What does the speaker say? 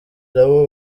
nabo